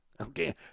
okay